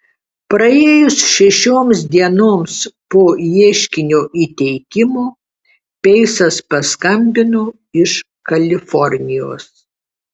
praėjus šešioms dienoms po ieškinio įteikimo peisas paskambino iš kalifornijos